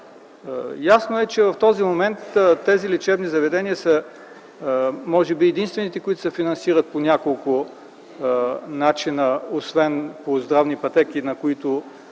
Ясно е, че в този момент тези лечебни заведения са може би единствените, които се финансират по няколко начина: освен по здравни пътеки, които